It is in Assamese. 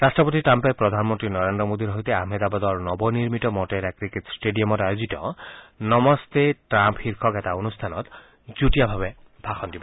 ৰাট্টপতি ট্ৰাম্পে প্ৰধানমন্নী নৰেজ্ৰ মোদীৰ সৈতে আহমেদাবাদৰ নৱনিৰ্মিত মটেৰা ক্ৰিকেট ষ্টেডিয়ামত আয়োজিত নমস্তে ট্ৰাম্প শীৰ্ষক এটা অনুষ্ঠানত যুটীয়াভাৱে ভাষণ দিব